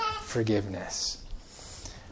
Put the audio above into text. forgiveness